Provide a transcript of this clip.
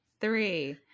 three